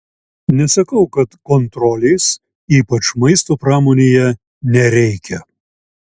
nesakau kad kontrolės ypač maisto pramonėje nereikia